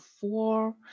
four